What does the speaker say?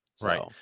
Right